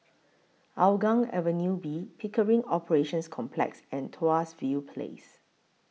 Hougang Avenue B Pickering Operations Complex and Tuas View Place